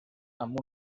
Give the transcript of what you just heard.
amb